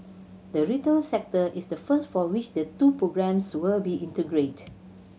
the retail sector is the first for which the two programmes will be integrated